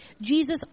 Jesus